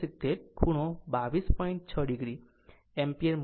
6 ampere મળશે